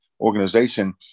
organization